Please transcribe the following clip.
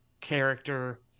character